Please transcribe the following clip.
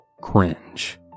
Cringe